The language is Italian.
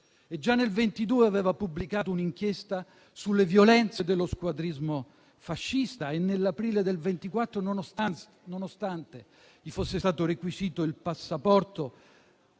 Già nel 1922 aveva pubblicato un'inchiesta sulle violenze dello squadrismo fascista e nell'aprile del 1924, nonostante gli fosse stato requisito il passaporto,